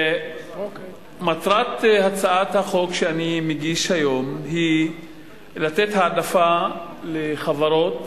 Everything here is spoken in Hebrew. מטרת הצעת החוק שאני מגיש היום היא לתת העדפה לחברות